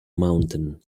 mountain